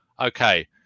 okay